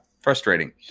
frustrating